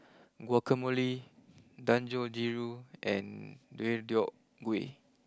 Guacamole Dangojiru and Deodeok Gui